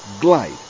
glide